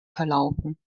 verlaufen